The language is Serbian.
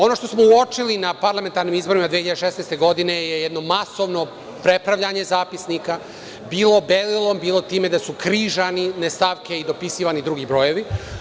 Ono što smo uočili na parlamentarnim izborima 2016. godine je jedno masovno prepravljanje zapisnika, bilo belilom, bilo time da su križane stavke i dopisivani drugi brojevi.